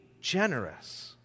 generous